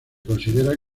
considera